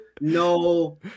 no